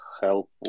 help